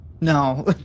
No